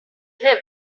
him